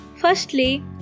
Firstly